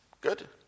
Good